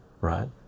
right